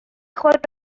خود